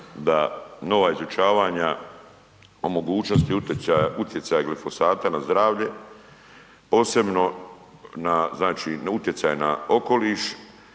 da nova izučavanja o mogućnosti utjecaja glifosata na zdravlje, posebno na znači na utjecaj na okoliš